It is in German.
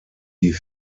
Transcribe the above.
die